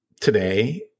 today